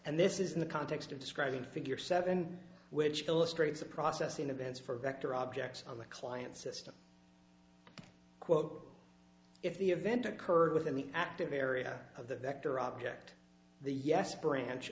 and this is in the context of describing figure seven which illustrates the process in advance for vector objects on the client system quote if the event occurred within the active area of the vector object the yes branch